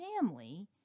family